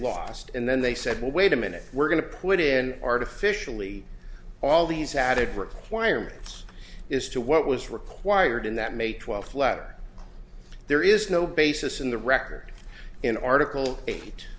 lost and then they said well wait a minute we're going to put in artificially all these added requirements is to what was required in that may twelfth letter there is no basis in the record in article eight